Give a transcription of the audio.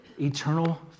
Eternal